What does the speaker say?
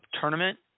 tournament